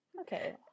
Okay